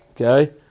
okay